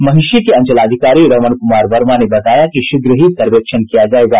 महिषी के अंचलाधिकारी रमण कुमार वर्मा ने कहा कि शीघ्र ही सर्वेक्षण किया जाएगा